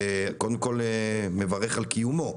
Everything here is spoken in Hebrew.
וקודם כל מברך על קיומו.